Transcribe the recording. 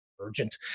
urgent